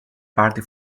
party